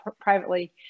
privately